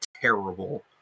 terrible